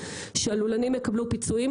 שהלולנים יקבלו פיצויים,